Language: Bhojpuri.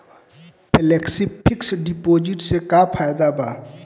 फेलेक्सी फिक्स डिपाँजिट से का फायदा भा?